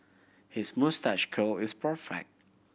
his moustache curl is perfect